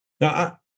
Now